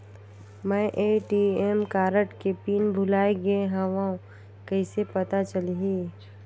मैं ATM card के pin भुलाए गे हववं कइसे पता चलही?